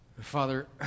Father